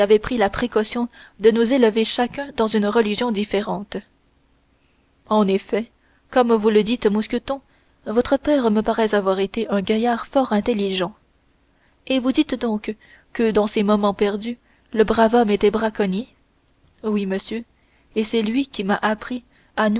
pris la précaution de nous élever chacun dans une religion différente en effet comme vous le dites mousqueton votre père me paraît avoir été un gaillard fort intelligent et vous dites donc que dans ses moments perdus le brave homme était braconnier oui monsieur et c'est lui qui m'a appris